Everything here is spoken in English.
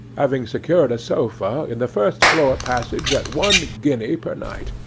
having secured a sofa in the first-floor passage at one guinea per night,